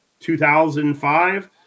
2005